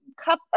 cup